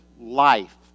life